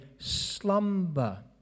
slumber